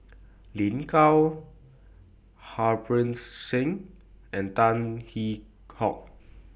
Lin Gao Harbans Singh and Tan Hwee Hock